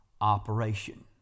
operation